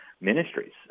ministries